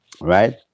Right